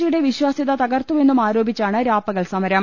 C യുടെ വിശ്വാസ്യത തകർത്തുവെന്നും ആരോപിച്ചാണ് രാപ്പകൽ സമരം